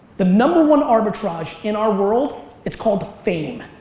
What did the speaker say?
the number one arbitrage in our world, it's called fame,